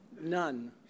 None